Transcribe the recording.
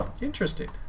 Interesting